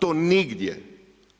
To nigdje,